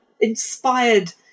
inspired